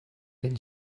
been